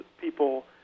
people